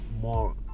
more